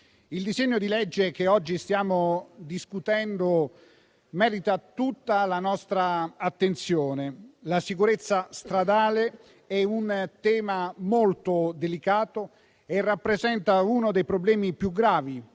il disegno di legge che oggi stiamo discutendo merita tutta la nostra attenzione. La sicurezza stradale è un tema molto delicato e rappresenta uno dei problemi più gravi